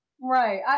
right